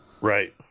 right